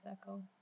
circle